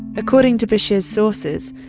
according to bashir's sources,